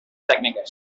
tècniques